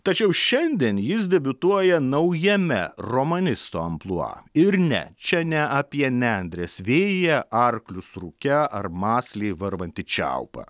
tačiau šiandien jis debiutuoja naujame romanisto amplua ir ne čia ne apie nendres vėjyje arklius rūke ar mąsliai varvantį čiaupą